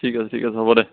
ঠিক আছে ঠিক আছে হ'ব দে